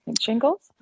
shingles